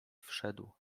wszedł